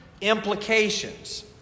implications